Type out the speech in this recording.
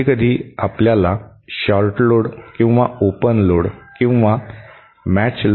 कधी कधी आपल्याला शॉर्ट लोड किंवा ओपन लोड किंवा मॅच लोडची आवश्यकता असते